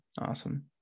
Awesome